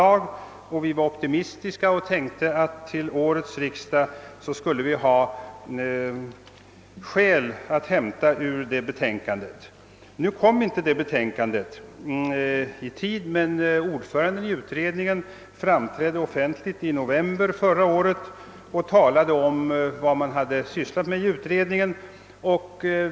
Vi var därför optimistiska och räknade med att vi vid 1969 års riksdag skulle få skäl att hämta ur ett betänkande från utredningen. Nu avgavs inte något betänkande, men ordföranden i utredningen framträdde offentligt i november förra året och talade om vad man sysslat med i utredningen.